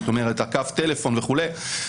קו הטלפון וכולי.